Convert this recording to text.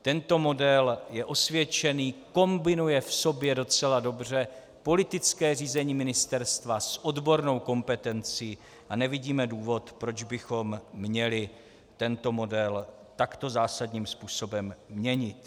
Tento model je osvědčený, kombinuje v sobě docela dobře politické řízení ministerstva s odbornou kompetencí a nevidíme důvod, proč bychom měli tento model takto zásadním způsobem měnit.